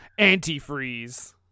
antifreeze